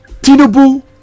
Tinubu